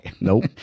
Nope